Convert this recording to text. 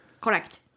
Correct